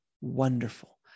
Wonderful